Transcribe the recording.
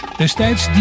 destijds